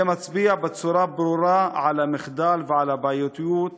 זה מצביע בצורה ברורה על המחדל ועל הבעייתיות